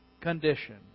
condition